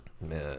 man